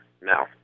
Now